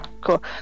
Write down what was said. Cool